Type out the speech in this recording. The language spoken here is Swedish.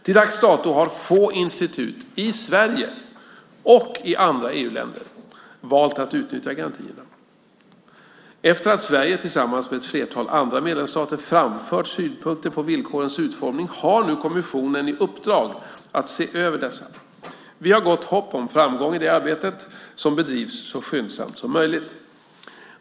Till dags dato har få institut - i Sverige och i andra EU-länder - valt att utnyttja garantierna. Efter att Sverige tillsammans med ett flertal andra medlemsstater framfört synpunkter på villkorens utformning har nu kommissionen i uppdrag att se över dessa. Vi har gott hopp om framgång i det arbetet som bedrivs så skyndsamt som möjligt.